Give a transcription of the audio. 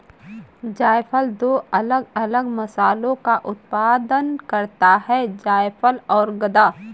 जायफल दो अलग अलग मसालों का उत्पादन करता है जायफल और गदा